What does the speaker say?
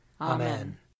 Amen